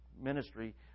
ministry